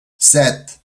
set